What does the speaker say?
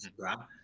Instagram